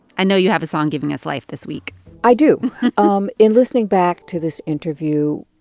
i know you have a song giving us life this week i do um in listening back to this interview,